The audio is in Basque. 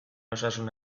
osasun